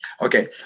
okay